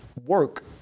work